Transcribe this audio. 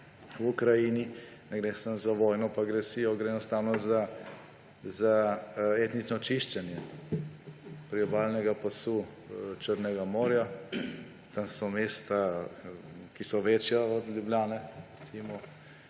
v Ukrajini. Ne gre samo za vojno in agresijo, gre enostavno za etnično čiščenje priobalnega pasu Črnega morja. Tam so mesta, ki so večja od Ljubljane,